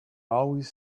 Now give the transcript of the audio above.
always